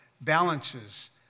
balances